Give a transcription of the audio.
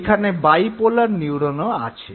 এখানে বাইপোলার নিউরোনও আছে